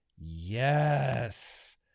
Yes